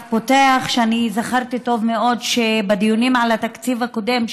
פותח ואני זכרתי טוב מאוד שבדיונים על התקציב הקודם,